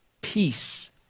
peace